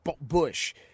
Bush